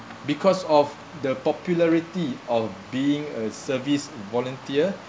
because of the popularity of being a service volunteer